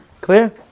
Clear